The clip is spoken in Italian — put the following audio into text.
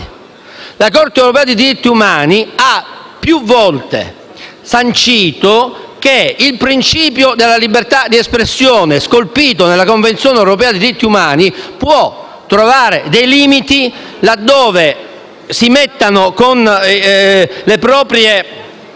la Corte europea dei diritti umani, la quale ha più volte sancito che il principio della libertà di espressione, scolpito nella Convenzione europea dei diritti umani, può trovare dei limiti laddove si mettano a rischio con le proprie